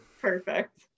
Perfect